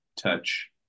touch